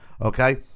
okay